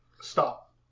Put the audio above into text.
stop